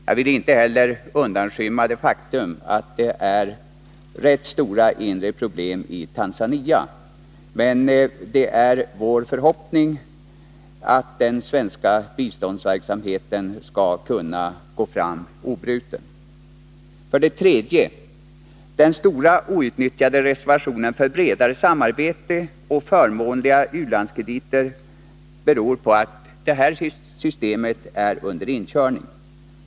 Jag vill inte heller undanskymma det faktum att det är rätt stora inre problem i Tanzania, men det är vår förhoppning att den svenska biståndsverksamheten skall kunna gå fram obruten. För det tredje beror den stora outnyttjade reservationen för bredare samarbete och förmånliga u-landskrediter på att systemet är under inkörning.